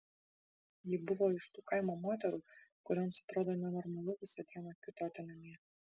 ji buvo iš tų kaimo moterų kurioms atrodo nenormalu visą dieną kiūtoti namie